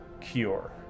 cure